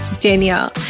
Danielle